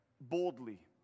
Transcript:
boldly